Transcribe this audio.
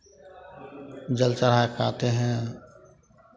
जल चढ़ा के आते हैं